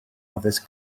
addysg